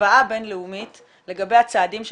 השוואה בינלאומית לגבי הצעדים שנעשו,